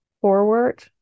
forward